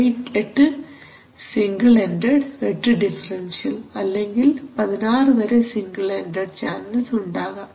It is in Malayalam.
8 സിംഗിൾ എൻഡഡ് 8 ഡിഫറൻഷ്യൽ അല്ലെങ്കിൽ 16 വരെ സിംഗിൾ എൻഡഡ് ചാനൽസ് ഉണ്ടാകാം